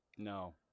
no